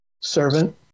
servant